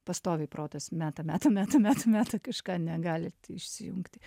pastoviai protas meta meta meta meta meta kažką negalit išsijungti